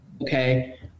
Okay